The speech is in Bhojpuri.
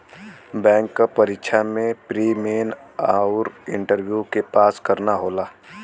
बैंक क परीक्षा में प्री, मेन आउर इंटरव्यू के पास करना होला